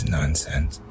nonsense